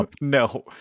no